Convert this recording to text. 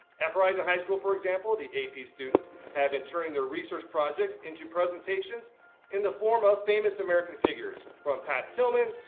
at horizon high school for example, the ap students have been turning their research projects into presentations in the form of famous american figures. from pat tillman,